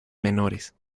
menores